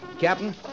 captain